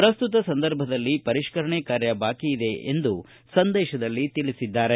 ಪ್ರಸ್ತುತ ಸಂದರ್ಭದಲ್ಲಿ ಪರಿಷ್ಕರಣೆ ಕಾರ್ಯ ಬಾಕಿ ಇದೆ ಎಂದು ಸಂದೇತದಲ್ಲಿ ತಿಳಿಸಿದ್ದಾರೆ